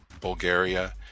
bulgaria